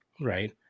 right